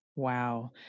Wow